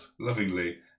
lovingly